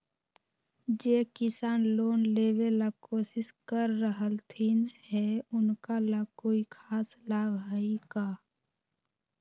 जे किसान लोन लेबे ला कोसिस कर रहलथिन हे उनका ला कोई खास लाभ हइ का?